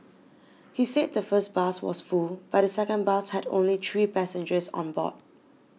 he said the first bus was full but the second bus had only three passengers on board